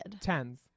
Tens